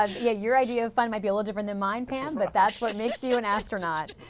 yeah your idea of fun might be a little different than mine, pam, but that is what makes you an astronaut.